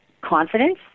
confidence